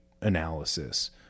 analysis